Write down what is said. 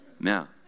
Now